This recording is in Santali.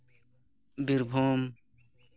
ᱵᱤᱨᱵᱷᱩᱢ